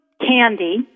candy